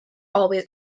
always